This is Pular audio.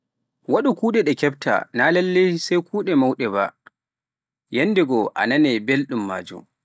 Waɗu baa'a jahoowo e jamaanu, yahruɗo caggal e jamaanu duuɓi Duuɓi cappan joowey. noy ghatta?